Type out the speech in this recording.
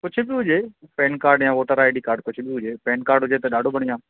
कुझु बि हुजे पेन काड या वोटर आई डी काड कुझु बि हुजे पेन काड हुजे त ॾाढो बढ़िया